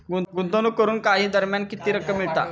गुंतवणूक करून काही दरम्यान किती रक्कम मिळता?